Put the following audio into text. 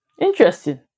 Interesting